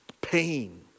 Pain